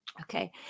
Okay